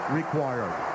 required